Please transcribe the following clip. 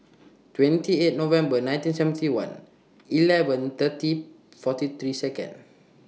twenty eight November nineteen seventy one eleven thirty forty three Seconds